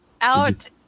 Out